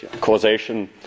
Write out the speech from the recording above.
causation